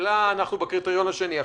ממילא אנחנו בקריטריון השני.